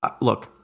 Look